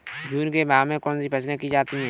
जून के माह में कौन कौन सी फसलें की जाती हैं?